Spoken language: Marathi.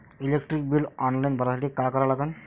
इलेक्ट्रिक बिल ऑनलाईन भरासाठी का करा लागन?